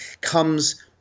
comes